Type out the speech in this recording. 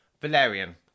Valerian